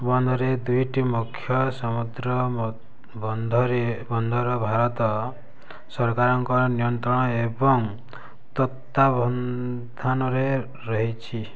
ବନ୍ଦର ଦୁଇଟି ମୁଖ୍ୟ ସମୁଦ୍ର ବନ୍ଦରେ ବନ୍ଦର ଭାରତ ସରକାରଙ୍କ ନିୟନ୍ତ୍ରଣ ଏବଂ ତତ୍ତ୍ୱାବଧାନରେ ରହିଛି